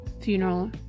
funeral